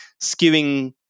skewing